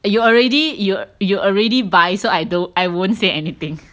eh you already you already buy so I don't I won't say anything